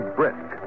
brisk